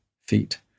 feet